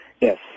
Yes